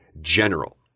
general